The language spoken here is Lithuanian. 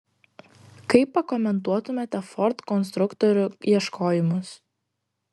kaip pakomentuotumėte ford konstruktorių ieškojimus